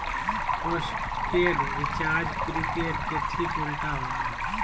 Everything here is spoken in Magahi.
पोस्टपेड रिचार्ज प्रीपेड के ठीक उल्टा होबो हइ